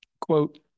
quote